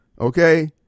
okay